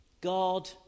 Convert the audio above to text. God